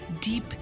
deep